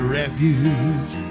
refuge